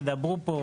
ידברו פה,